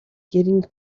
getting